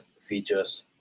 features